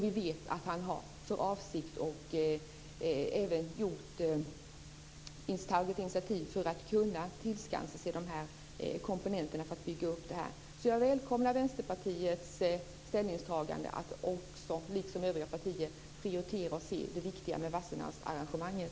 Vi vet ju att han har för avsikt att göra detta, och att han har tagit initiativ för att kunna tillskansa sig komponenter för att bygga upp något sådant. Jag välkomnar alltså Vänsterpartiets ställningstagande, och att man liksom övriga partier prioriterar och ser det viktiga med Wassenaararrangemanget.